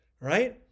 Right